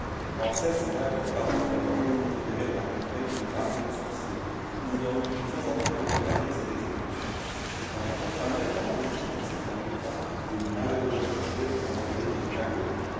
en le parlement de bordeaux fit opérer dans la contrée une rafle de sorciers il y en eut une soixantaine de condamnés et d'exécutés on rencontra longtemps aussi en certains recoins de malheureux réprouvés qu'on appelait des cagots